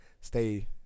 stay